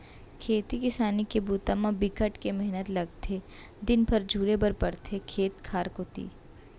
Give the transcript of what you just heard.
खेती किसान के बूता म बिकट के मेहनत लगथे दिन भर झुले बर परथे खेत खार कोती